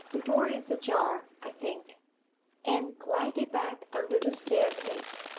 the door is ajar, i think anne glided back under the staircase.